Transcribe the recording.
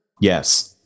yes